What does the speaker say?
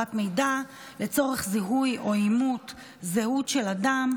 העברת מידע לצורך זיהוי או אימות זהות של אדם,